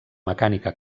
mecànica